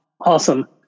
Awesome